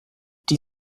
die